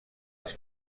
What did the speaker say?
els